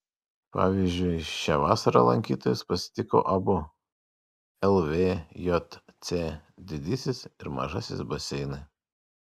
pavyzdžiui šią vasarą lankytojus pasitiko abu lvjc didysis ir mažasis baseinai